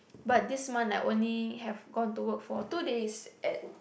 but this month I only have gone to work for two days at